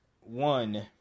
one